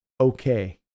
okay